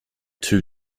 two